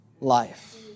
life